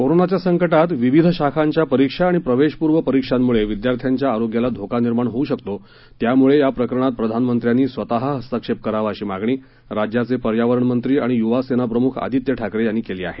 कोरोनाच्या संकटात विविध शाखांच्या परीक्षा आणि प्रवेश पूर्व परीक्षांमुळे विद्यार्थ्यांच्या आरोग्याला धोका निर्माण होऊ शकतो त्यामुळे या प्रकरणात प्रधानमंत्र्यांनी स्वत हस्तक्षेप करावा अशी मागणी पर्यावरण मंत्री आणि युवा सेना प्रमुख आदित्य ठाकरे यांनी केली आहे